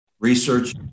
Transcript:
research